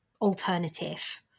alternative